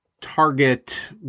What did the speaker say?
target